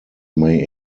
may